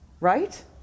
right